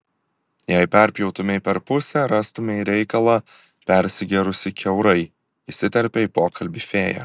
jei perpjautumei per pusę rastumei reikalą persigėrusį kiaurai įsiterpia į pokalbį fėja